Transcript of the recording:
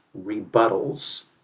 rebuttals